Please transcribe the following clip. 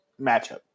matchup